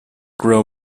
grow